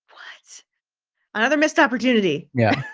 so another missed opportunity. yeah.